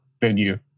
venue